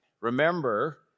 Remember